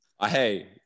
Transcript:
Hey